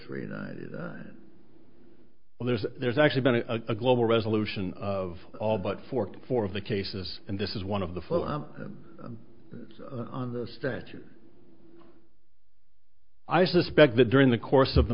thought well there's there's actually been to a global resolution of all but forty four of the cases and this is one of the follow on the statute i suspect that during the course of the